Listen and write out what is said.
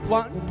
one